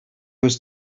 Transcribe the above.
was